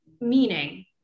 meaning